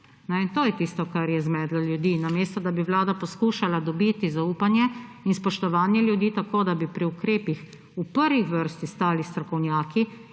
To je tisto, kar je zmedlo ljudi. Namesto da bi Vlada poskušala dobiti zaupanje in spoštovanje ljudi, tako da bi pri ukrepih v prvi vrsti stali strokovnjaki